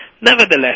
Nevertheless